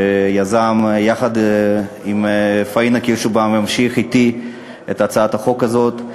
שיזם יחד עם פאינה קירשנבאום והמשיך אתי את הטיפול בהצעת החוק הזאת.